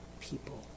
people